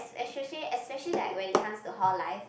especially especially like when it comes to hall life